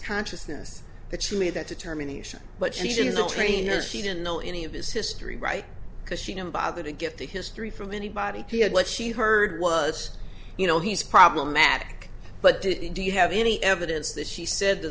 consciousness that she made that determination but she didn't go train or she didn't know any of his history right because she didn't bother to get the history from anybody he had what she heard was you know he's problematic but did you do you have any evidence that she said t